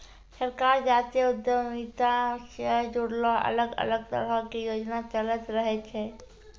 सरकार जातीय उद्यमिता से जुड़लो अलग अलग तरहो के योजना चलैंते रहै छै